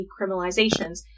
decriminalizations